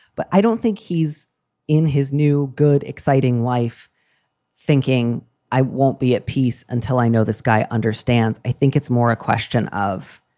but i don't think he's in his new good, exciting life thinking i won't be at peace until i know this guy understands. i think it's more a question of.